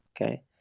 Okay